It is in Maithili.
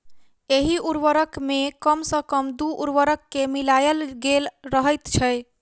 एहि उर्वरक मे कम सॅ कम दू उर्वरक के मिलायल गेल रहैत छै